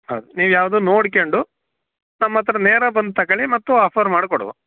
ಹೌದು ನೀವು ಯಾವುದೂ ನೋಡ್ಕೊಂಡು ನಮ್ಮ ಹತ್ರ ನೇರ ಬಂದು ತಗೊಳಿ ಮತ್ತೂ ಆಫರ್ ಮಾಡಿಕೊಡುವ